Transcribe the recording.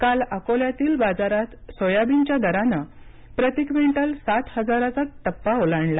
काल अकोल्यातील बाजारात सोयाबीनच्या दरानं प्रति क्विंटल सात हजाराचा टप्पा ओलांडला